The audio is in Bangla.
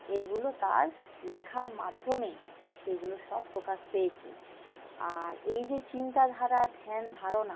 এগুলো তাঁর লেখার মাধ্যমে সেগুলো সব প্রকাশ পেয়েছে আর এই যে চিন্তাধারা ধ্যানধারণা